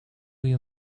you